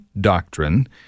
doctrine